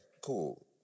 cool